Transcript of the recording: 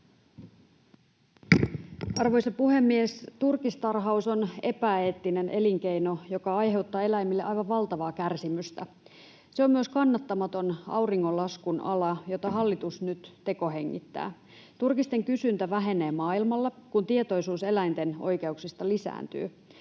Arvoisa puhemies! Turkistarhaus on epäeettinen elinkeino, joka aiheuttaa eläimille aivan valtavaa kärsimystä. Se on myös kannattamaton auringonlaskun ala, jota hallitus nyt tekohengittää. Turkisten kysyntä vähenee maailmalla, kun tietoisuus eläinten oikeuksista lisääntyy.